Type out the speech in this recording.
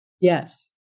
Yes